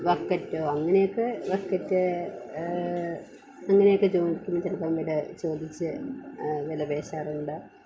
ബക്കറ്റോ അങ്ങനെ ഒക്കെ ബക്കറ്റ് അങ്ങനെയൊക്കെ ചോദിക്കുമ്പം ചിലപ്പം വില ചോദിച്ച് വില പേശാറുണ്ട്